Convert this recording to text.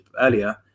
earlier